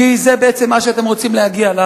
כי זה בעצם מה שאתם רוצים להגיע אליו,